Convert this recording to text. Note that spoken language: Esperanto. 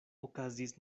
okazis